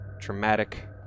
traumatic